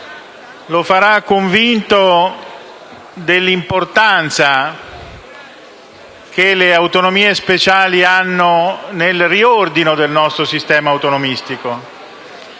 lo farà convinto dell'importanza che le autonomie speciali hanno nel riordino del nostro sistema autonomistico.